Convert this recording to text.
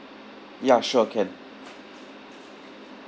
ya sure can